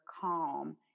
calm